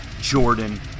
Jordan